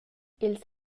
ils